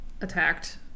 attacked